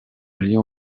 lion